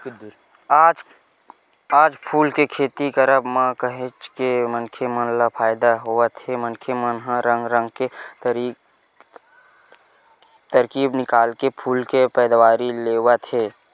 आज फूल के खेती करब म काहेच के मनखे मन ल फायदा होवत हे मनखे मन ह रंग रंग के तरकीब निकाल के फूल के पैदावारी लेवत हे